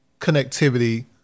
connectivity